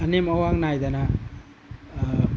ꯑꯅꯦꯝ ꯑꯋꯥꯡ ꯅꯥꯏꯗꯅ